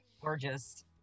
gorgeous